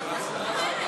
מי נגד?